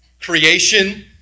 Creation